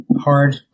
hard